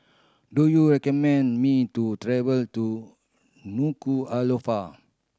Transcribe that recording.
do you recommend me to travel to Nuku'alofa